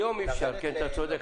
היום אי אפשר, אתה צודק.